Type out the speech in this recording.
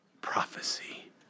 prophecy